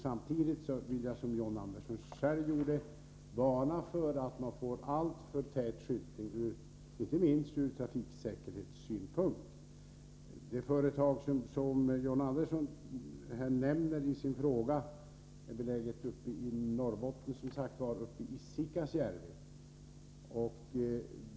Samtidigt vill jag — som John Andersson själv gjorde — varna för att man kan få alltför tät skyltning, inte minst ur trafiksäkerhetssynpunkt. Det företag som John Andersson nämner i sin fråga är beläget uppe i Norrbotten, i Siekasjärvi.